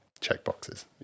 checkboxes